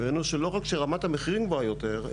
ראינו שלא רק שרמת המחירים גבוהה יותר,